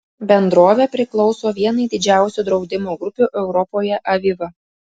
bendrovė priklauso vienai didžiausių draudimo grupių europoje aviva